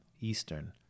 Eastern